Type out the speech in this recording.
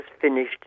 finished